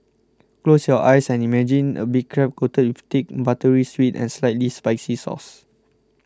close your eyes and imagine a big crab coated with thick buttery sweet and slightly spicy sauce